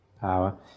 power